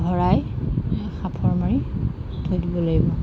ভৰাই সাফৰ মাৰি থৈ দিব লাগিব